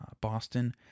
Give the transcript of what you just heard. boston